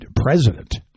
president